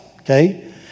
okay